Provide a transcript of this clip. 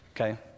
Okay